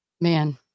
Man